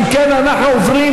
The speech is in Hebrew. אם כן, אנחנו עוברים